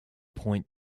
point